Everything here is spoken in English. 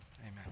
Amen